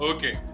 Okay